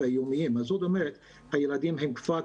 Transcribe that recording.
יומיים זאת אומרת שהילדים כבר קשורים,